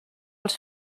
els